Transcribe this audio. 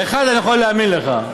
אחד, אני יכול להאמין לך.